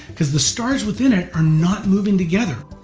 because the stars within it are not moving together,